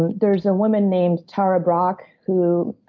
and there's a woman named tara brach who,